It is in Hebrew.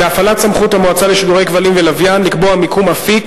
בהפעלת סמכות המועצה לשידורי כבלים ולוויין לקבוע מיקום אפיק,